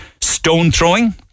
stone-throwing